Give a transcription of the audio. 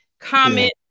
comment